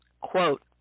quote